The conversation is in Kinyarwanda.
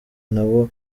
nabo